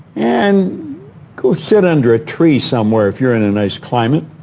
and go sit under a tree somewhere, if you're in a nice climate,